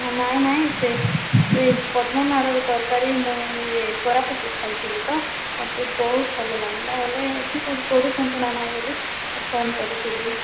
ନାହିଁ ନାହିଁ ସେ ସେଇ ପଦ୍ମନାଡ଼ର ତରକାରୀ ମୁଁ ଇଏ କୋରାପୁଟରେ ଖାଇଥିଲି ତ ମୋତେ ବହୁତ ଭଲ ଲାଗିଲା ହେଲେ ଏଠି କେଉଁଠି କରୁଛନ୍ତି ନା ନାହିଁ ବୋଲି ମୁଁ ଫୋନ କରିଥିଲି